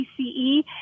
PCE